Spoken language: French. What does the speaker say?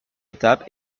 étape